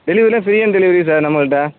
டெலிவெரியெல்லாம் ஃப்ரீயான்னு delivery sir நம்மகிட்டே